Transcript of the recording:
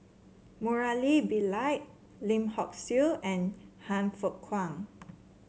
Murali Pillai Lim Hock Siew and Han Fook Kwang